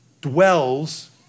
dwells